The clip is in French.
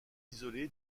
isolé